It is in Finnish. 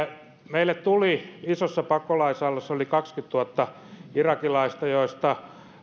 meille tuli isossa pakolaisaallossa yli kaksikymmentätuhatta irakilaista joista